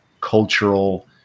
cultural